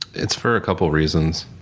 it's for a couple of reasons.